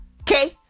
Okay